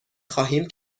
خواهیم